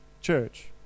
church